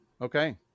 Okay